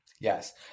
Yes